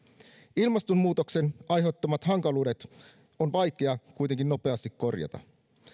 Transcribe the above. ilmastonmuutoksen aiheuttamat hankaluudet on vaikea kuitenkin nopeasti korjata